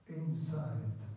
inside